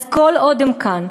אז כל עוד הם כאן,